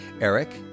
eric